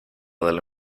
del